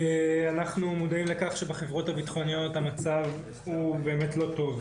אנחנו מודעים לכך שבחברות הביטחוניות המצב הוא באמת לא טוב.